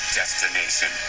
destination